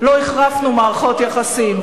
לא החרפנו מערכות יחסים.